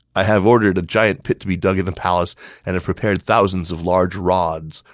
i have ordered a giant pit to be dug in the palace and have prepared thousands of large rods,